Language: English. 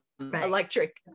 electric